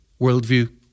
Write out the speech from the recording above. worldview